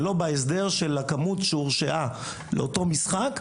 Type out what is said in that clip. שלא בהסדר של הכמות שאושרה לאותו משחק,